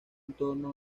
entorno